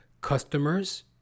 customers